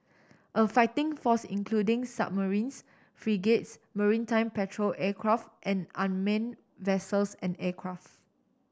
a fighting force including submarines frigates maritime patrol aircraft and unman vessels and aircraft